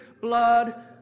blood